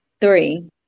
Three